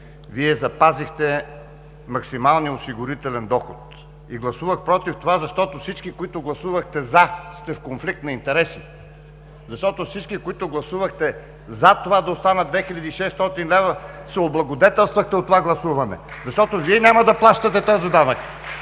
Вие запазихте максималния осигурителен доход. Гласувах против това, защото всички, които гласувахте „за“, сте в конфликт на интереси, защото всички, които гласувахте за това да останат 2600 лв., се облагодетелствахте от това гласуване, (ръкопляскания от „БСП за